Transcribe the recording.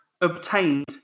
obtained